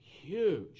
huge